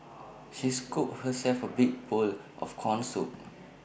she scooped herself A big bowl of Corn Soup